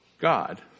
God